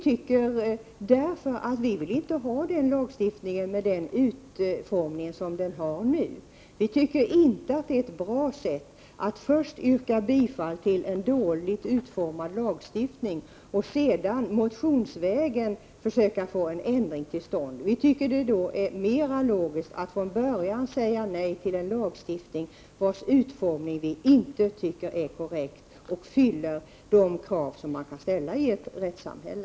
Det är detta som vi vänder oss emot. Vi vill alltså inte ha lagstiftningen såsom denna nu är utformad. Vi tycker inte att det är bra att först yrka bifall till ett förslag till en dålig lagstiftning för att sedan motionsvägen försöka få en ändring till stånd. Då är det mera logiskt att redan från början säga nej till en lagstiftning vars utformning vi inte tycker är korrekt och som inte uppfyller de krav som kan ställas i ett rättssamhälle.